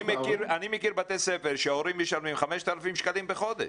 אני מכיר בתי ספר שההורים משלמים 5,000 שקלים בחודש.